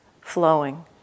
flowing